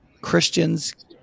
Christians